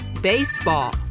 Baseball